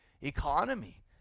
economy